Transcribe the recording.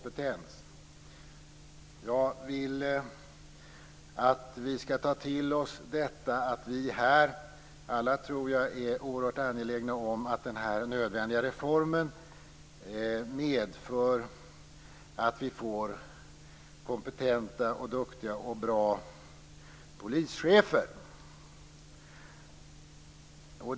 Jag vill att vi skall ta till oss detta att vi alla här, tror jag, är oerhört angelägna om att den här nödvändiga reformen medför att vi får kompetenta, duktiga och bra polischefer.